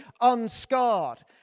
unscarred